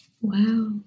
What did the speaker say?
Wow